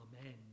Amen